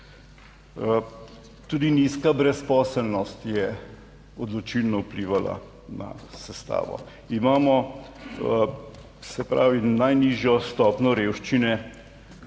Tudi nizka brezposelnost je odločilno vplivala na sestavo. Imamo najnižjo stopnjo revščine.